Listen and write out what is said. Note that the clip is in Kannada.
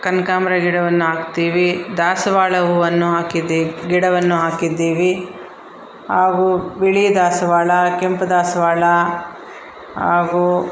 ಕನಕಾಂಬ್ರ ಗಿಡವನ್ನು ಹಾಕ್ತೀವಿ ದಾಸವಾಳ ಹೂವನ್ನು ಹಾಕಿದಿ ಗಿಡವನ್ನು ಹಾಕಿದ್ದೀವಿ ಹಾಗೂ ಬಿಳಿ ದಾಸವಾಳ ಕೆಂಪು ದಾಸವಾಳ ಹಾಗೂ